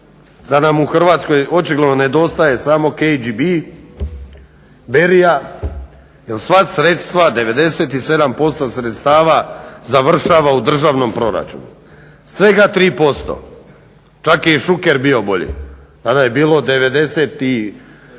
da nam u Hrvatskoj očigledno nedostaje samo KGB, berija, jer sva sredstva, 97% sredstava završava u državnom proračunu, svega 3%, čak je i Šuker bio bolji, tada je bilo 96,